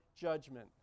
judgment